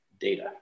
data